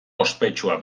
ospetsua